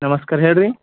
ನಮಸ್ಕಾರ ಹೇಳಿ ರೀ